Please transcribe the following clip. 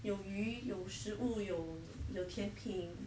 有鱼有食物有有甜品